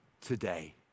today